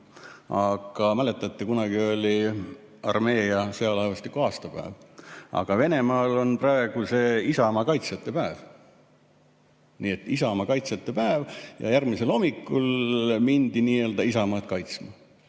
Mäletate, kunagi oli armee ja sõjalaevastiku päev. Aga Venemaal on praegu see isamaakaitsjate päev. Isamaakaitsjate päev! Ja järgmisel hommikul mindi nii-öelda isamaad kaitsma.